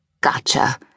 Gotcha